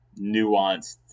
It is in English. nuanced